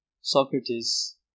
Socrates